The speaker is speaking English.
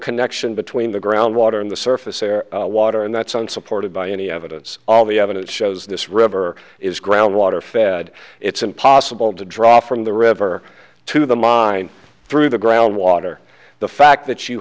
connection between the ground water and the surface air water and that's unsupported by any evidence all the evidence shows this river is groundwater fed it's impossible to draw from the river to the mine through the ground water the fact that you